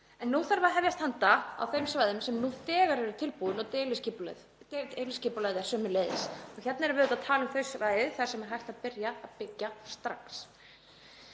En nú þarf að hefjast handa á þeim svæðum sem nú þegar eru tilbúin og deiliskipulagið er sömuleiðis tilbúið. Hérna erum við að tala um þau svæði þar sem er hægt að byrja að byggja strax.